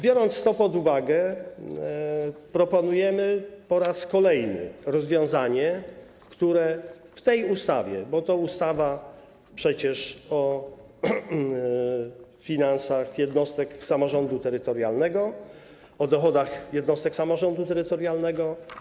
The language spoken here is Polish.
Biorąc to pod uwagę, proponujemy po raz kolejny rozwiązanie - w tej ustawie, bo to przecież ustawa o finansach jednostek samorządu terytorialnego, o dochodach jednostek samorządu terytorialnego.